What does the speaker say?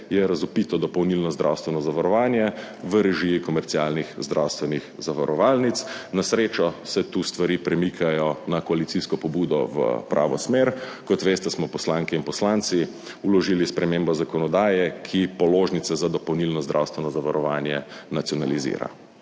je razvpito dopolnilno zdravstveno zavarovanje v režiji komercialnih zdravstvenih zavarovalnic. Na srečo se tu stvari premikajo na koalicijsko pobudo v pravo smer. Kot veste, smo poslanke in poslanci vložili spremembo zakonodaje, ki položnice za dopolnilno zdravstveno zavarovanje nacionalizira